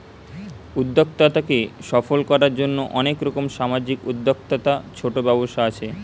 উদ্যোক্তাকে সফল কোরার জন্যে অনেক রকম সামাজিক উদ্যোক্তা, ছোট ব্যবসা আছে